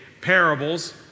parables